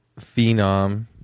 phenom